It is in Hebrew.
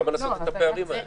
למה לעשות את הפערים האלה?